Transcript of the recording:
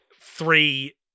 three